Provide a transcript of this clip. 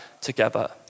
together